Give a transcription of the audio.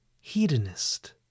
Hedonist